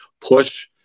push